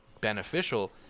beneficial